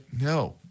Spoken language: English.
no